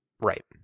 Right